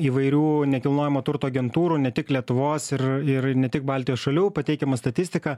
įvairių nekilnojamo turto agentūrų ne tik lietuvos ir ir ne tik baltijos šalių pateikiamą statistiką